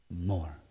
more